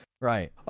Right